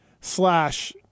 slash